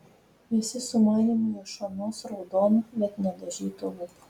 visi sumanymai iš onos raudonų bet nedažytų lūpų